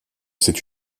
cette